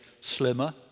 slimmer